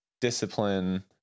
discipline